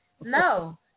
No